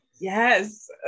yes